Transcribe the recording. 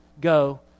go